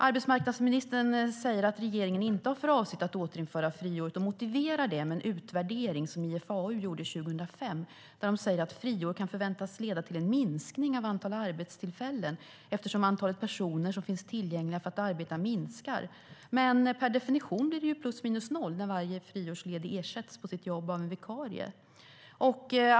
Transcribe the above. Arbetsmarknadsministern säger att regeringen inte har för avsikt att återinföra friåret och motiverar det med en utvärdering som IFAU gjorde 2005, där de säger att friår kan förväntas leda till en minskning av antalet arbetstillfällen eftersom antalet personer som finns tillgängliga för att arbeta minskar. Men per definition blir det plus minus noll när vare friårsledig ersätts på sitt jobb av en vikarie.